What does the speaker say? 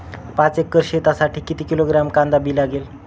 पाच एकर शेतासाठी किती किलोग्रॅम कांदा बी लागेल?